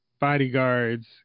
bodyguards